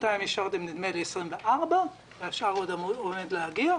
בינתיים אישרתם כמדומני 24 מיליארד והשאר עוד עומד להגיע.